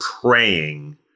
praying